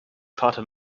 vater